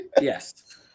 Yes